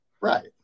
Right